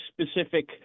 specific